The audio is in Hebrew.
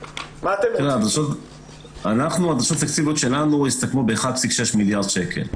הדרישות התקציביות שלנו הסתכמו ב-1.6 מיליארד שקל.